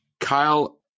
Kyle